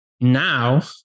Now